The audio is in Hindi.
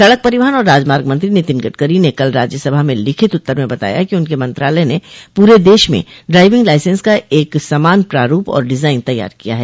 सड़क परिवहन और राजमार्ग मंत्री नितिन गड़करी ने कल राज्यसभा में लिखित उत्तर में बताया कि उनके मंत्रालय ने पूरे दश में ड्राइविंग लाइसेंस का एक समान प्रारूप और डिजाइन तैयार किया है